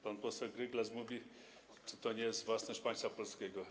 Pan poseł Gryglas mówi: Czy to nie jest własność państwa polskiego?